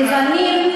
למה